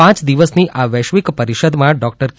પાંચ દિવસની આ વૈશ્વિક પરિષદમાં ડોકટર કે